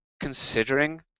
considering